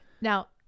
Now